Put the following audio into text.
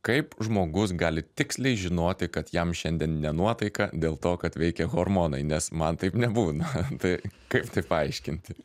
kaip žmogus gali tiksliai žinoti kad jam šiandien ne nuotaika dėl to kad veikia hormonai nes man taip nebūna tai kaip tai paaiškinti